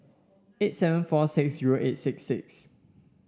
eight seven four six zero eight six six